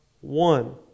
one